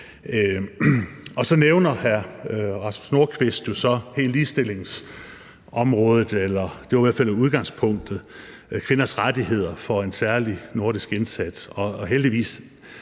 Og så nævner hr. Rasmus Nordqvist jo hele ligestillingsområdet – det var i hvert fald udgangspunktet – nemlig kvinders rettigheder som en særlig nordisk indsats.